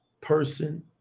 person